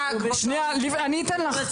שנייה, אני אתן לך.